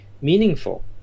meaningful